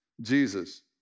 Jesus